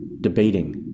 debating